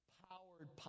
powered